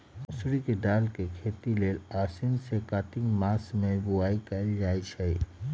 मसूरी के दाल के खेती लेल आसीन से कार्तिक मास में बोआई कएल जाइ छइ